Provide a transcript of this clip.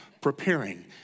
preparing